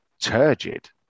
turgid